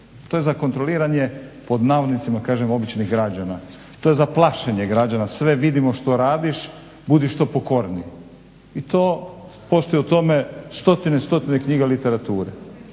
to je za kontroliranje pod navodnicima kažem "običnih" građana, to je za plašenje građana. Sve vidimo što radiš, budi što pokorniji. I to postoji o tome stotine i stotine knjiga i literature.